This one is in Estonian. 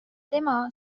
tema